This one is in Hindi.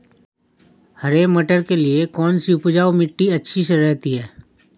हरे मटर के लिए कौन सी उपजाऊ मिट्टी अच्छी रहती है?